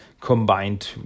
combined